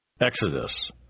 Exodus